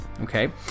Okay